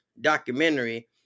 documentary